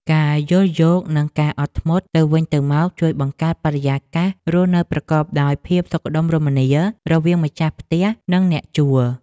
ការយល់យោគនិងការអត់ធ្មត់ទៅវិញទៅមកជួយបង្កើតបរិយាកាសរស់នៅប្រកបដោយភាពសុខដុមរមនារវាងម្ចាស់ផ្ទះនិងអ្នកជួល។